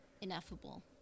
ineffable